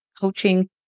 coaching